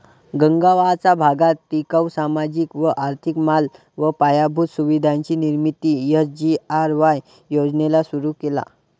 गगावाचा भागात टिकाऊ, सामाजिक व आर्थिक माल व पायाभूत सुविधांची निर्मिती एस.जी.आर.वाय योजनेला सुरु केला